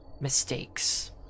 mistakes